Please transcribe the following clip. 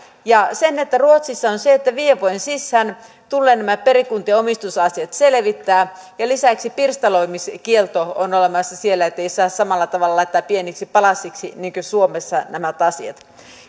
ruotsissa on se että viiden vuoden sisään tulee nämä perikuntien omistusasiat selvittää ja lisäksi pirstaloimiskielto on olemassa siellä ettei saa samalla tavalla laittaa pieniksi palasiksi niin kuin suomessa näitä asioita